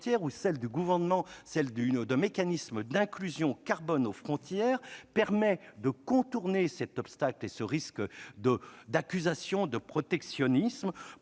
par le Gouvernement, d'un mécanisme d'inclusion carbone aux frontières permet de contourner cet obstacle et le risque d'accusation de protectionnisme.